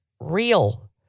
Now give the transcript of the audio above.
real